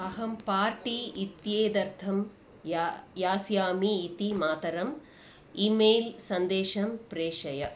अहं पार्टी इत्येतदर्थं या यास्यामि इति मातरम् ई मेल् सन्देशं प्रेषय